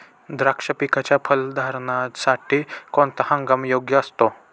द्राक्ष पिकाच्या फलधारणेसाठी कोणता हंगाम योग्य असतो?